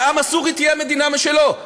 לעם הסורי תהיה מדינה משלו,